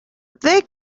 they